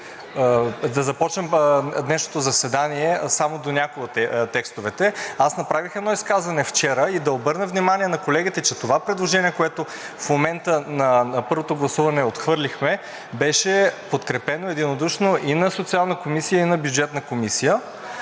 да започнем днешното заседание само до някои от текстовете. Аз направих едно изказване вчера и да обърна внимание на колегите, че това предложение, което в момента на първото гласуване отхвърлихме, беше подкрепено единодушно и на Социална комисия, и на Бюджетна комисия,